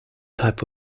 type